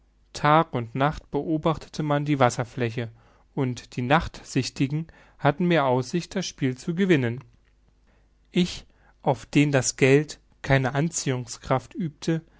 tag und nacht beobachtete man die wasserfläche und die nachtsichtigen hatten mehr aussicht das spiel zu gewinnen ich auf den das geld keine anziehungskraft übte